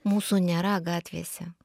mūsų nėra gatvėse